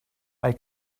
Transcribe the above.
weil